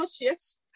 yes